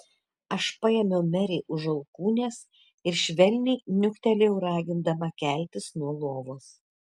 aš paėmiau merei už alkūnės ir švelniai niuktelėjau ragindama keltis nuo lovos